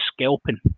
scalping